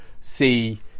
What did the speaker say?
see